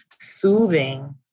soothing